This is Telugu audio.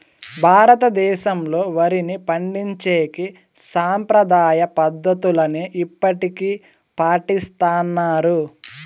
భారతదేశంలో, వరిని పండించేకి సాంప్రదాయ పద్ధతులనే ఇప్పటికీ పాటిస్తన్నారు